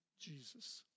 Jesus